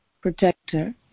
protector